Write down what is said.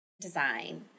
design